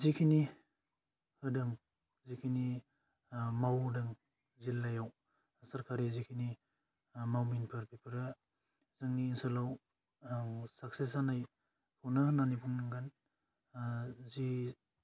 जिखिनि होदों जेखिनि ओह मावबोदों जिल्लायाव सरकारि जेखिनि ओह मावमिनफोर बेफोरो जोंनि ओनसोलाव ओह साक्सेस जानायखौनो होन्नानै बुंनांगोन ओह जि